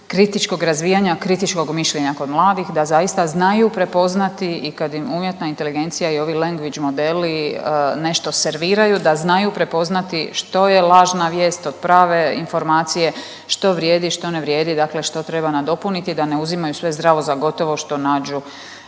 kritičkog razvijanja kritičkog mišljenja kod mladih da zaista znaju prepoznati i kad im umjetna inteligencija i ovi luanguage modeli nešto serviraju da znaju prepoznati što je lažna vijest od prave informacije, što vrijedi, što ne vrijedi, dakle što treba nadopuniti, da ne uzimaju sve zdravo za gotovo što nađu,